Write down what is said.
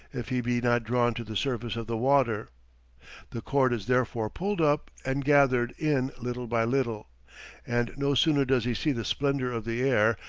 if he be not drawn to the surface of the water the cord is therefore pulled up, and gathered in little by little and no sooner does he see the splendour of the air,